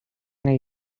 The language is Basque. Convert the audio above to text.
nahi